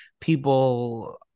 people